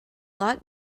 lot